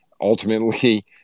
Ultimately